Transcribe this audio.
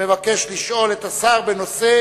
המבקש לשאול את השר בנושא: